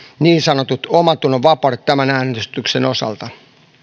niin sanotut omantunnonvapaudet tämän äänestyksen osalta